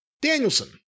danielson